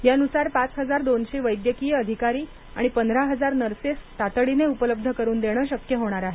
यानुसार पाच हजार दोनशे वैद्यकीय अधिकारी आणि पंधरा हजार नर्सेस तातडीने उपलब्ध करुन देणं शक्य होणार आहे